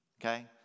Okay